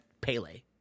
Pele